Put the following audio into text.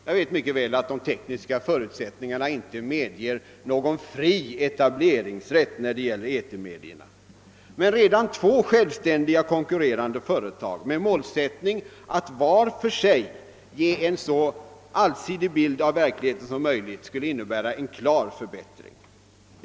Jag vet mycket väl att de tekniska förutsättningarna inte medger någon fri etableringsrätt för etermedierna, men redan två självständiga konkurrerande företag med målsättningen att vart för sig ge en så allsidig bild av verkligheten som möjligt skulle innebära en klar förbättring.